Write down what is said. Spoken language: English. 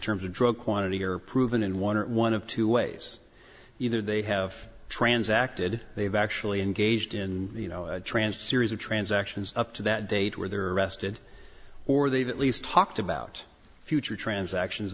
terms of drug quantity are proven in one or one of two ways either they have transacted they've actually engaged in you know transfer series of transactions up to that date where they're arrested or they've at least talked about future transactions